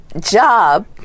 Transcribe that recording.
job